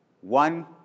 One